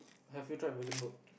have you tried Vegan Burg